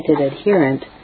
adherent